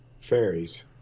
fairies